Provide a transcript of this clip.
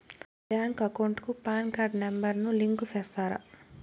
నా bank account కు PAN card number ను లింకు సేస్తారా?